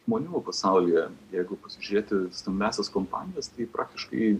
žmonių pasaulyje jeigu pasižiūrėti stambiąsias kompanijas tai praktiškai